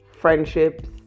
friendships